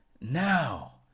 Now